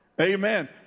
amen